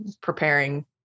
preparing